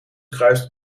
kruist